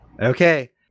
okay